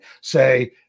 say